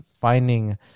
finding